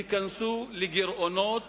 ייכנסו לגירעונות